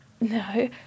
No